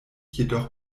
jedoch